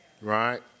right